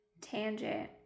tangent